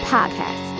Podcast